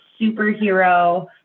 superhero